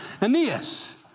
Aeneas